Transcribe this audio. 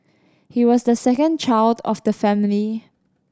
he was the second child of the family